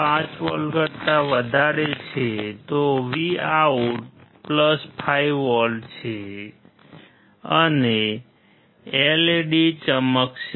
5V કરતા વધારે છે તો Vout 5V છે અને LED ચમકશે